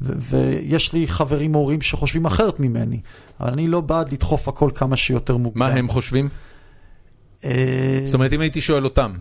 ויש לי חברים והורים שחושבים אחרת ממני, אני לא בעד לדחוף הכל כמה שיותר מוקדם. מה הם חושבים? זאת אומרת אם הייתי שואל אותם